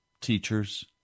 teachers